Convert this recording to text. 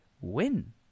win